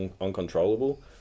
uncontrollable